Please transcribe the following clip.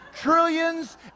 Trillions